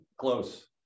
Close